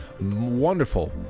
Wonderful